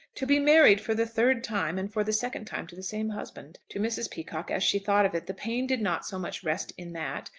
to be married for the third time, and for the second time to the same husband! to mrs. peacocke, as she thought of it, the pain did not so much rest in that,